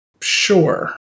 Sure